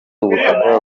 ubutaka